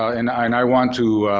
and i want to,